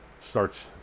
starts